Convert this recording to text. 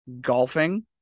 golfing